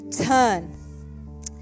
turn